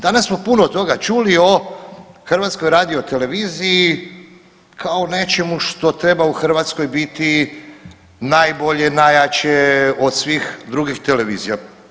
Danas smo puno toga čuli od HRT-u kao o nečemu što treba u Hrvatskoj biti najbolje, najjače od svih drugih televizija.